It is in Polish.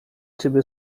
ciebie